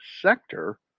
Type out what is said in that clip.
sector